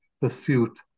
pursuit